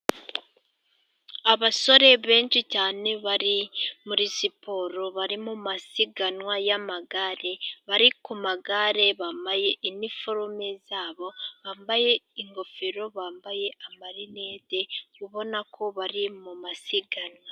Abasore benshi cyane bari muri siporo bari mu masiganwa y'amagare bari ku magare bambaye iniforume zabo bambaye ingofero bambaye amarinete ubona ko bari mu masiganwa.